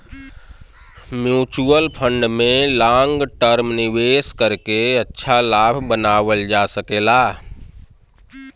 mutual fund में long term निवेश करके अच्छा लाभ बनावल जा सकला